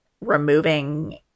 removing